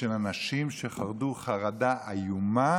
של אנשים שחרדו חרדה איומה